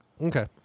Okay